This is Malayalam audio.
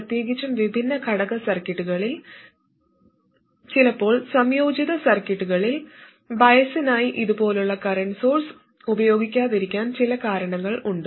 പ്രത്യേകിച്ചും വിഭിന്ന ഘടക സർക്യൂട്ടുകളിൽ ചിലപ്പോൾ സംയോജിത സർക്യൂട്ടുകളിൽ ബയസിനായി ഇതുപോലുള്ള കറന്റ് സോഴ്സ് ഉപയോഗിക്കാതിരിക്കാൻ ചില കാരണങ്ങൾ ഉണ്ട്